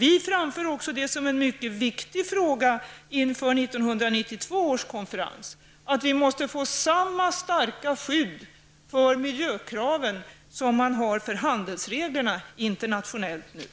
Vi framför också som en mycket viktig fråga inför 1992 års konferens att vi måste få samma starka skydd för miljökraven som man internationellt har för handelsreglerna.